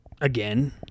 Again